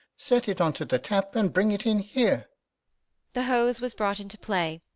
set it on to the tap, and bring it in here the hose was brought into play,